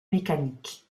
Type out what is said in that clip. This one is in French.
mécaniques